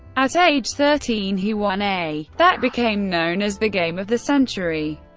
at age thirteen, he won a that became known as the game of the century.